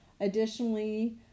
Additionally